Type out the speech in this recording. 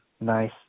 nice